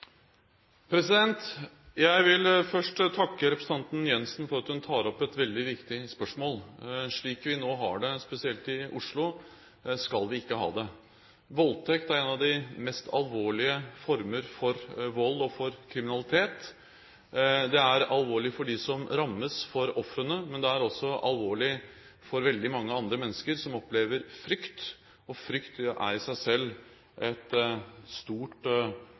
Jeg vil først takke representanten Jensen for at hun tar opp et veldig viktig spørsmål. Slik vi nå har det, spesielt i Oslo, skal vi ikke ha det. Voldtekt er en av de mest alvorlige former for vold, for kriminalitet. Det er alvorlig for dem som rammes, for ofrene, men det er også alvorlig for veldig mange andre mennesker, som opplever frykt. Frykt er i seg selv et stort